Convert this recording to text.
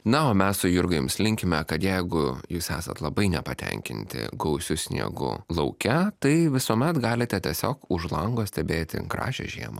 na o mes su jurga jums linkime kad jeigu jūs esat labai nepatenkinti gausiu sniegu lauke tai visuomet galite tiesiog už lango stebėti gražią žiemą